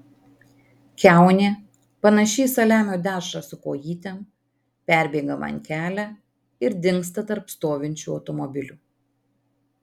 kiaunė panaši į saliamio dešrą su kojytėm perbėga man kelią ir dingsta tarp stovinčių automobilių